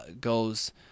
goes